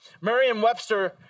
Merriam-Webster